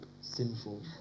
sinful